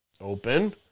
open